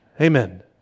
Amen